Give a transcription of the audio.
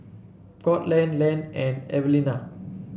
Courtland Len and Evelina